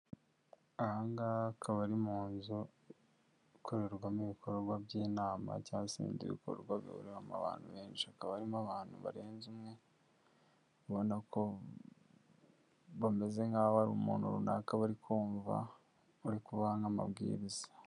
Aha ngaha akaba ari mu nzu ikorerwamo ibikorwa by'inama, cyangwa se ibindi bikorwa bihuriramo abantu benshi hakaba harimo abantu barenze umwe ubona ko bameze nk'aho ari umuntu runaka bari kumva urikubaha nk'amabwiriza.